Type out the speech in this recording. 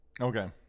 Okay